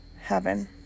heaven